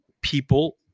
people